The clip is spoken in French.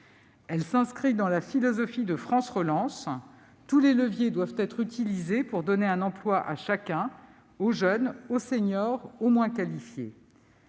Elle s'inscrit dans la philosophie de « France Relance »: tous les leviers doivent être utilisés pour donner un emploi à chacun, aux jeunes, aux seniors, aux moins qualifiés.